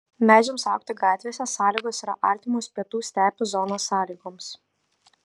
medžiams augti gatvėse sąlygos yra artimos pietų stepių zonos sąlygoms